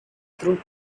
through